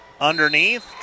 underneath